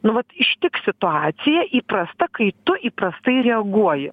nu vat ištiks situacija įprasta kai tu įprastai reaguoji